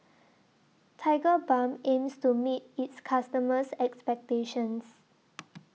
Tigerbalm aims to meet its customers' expectations